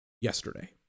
yesterday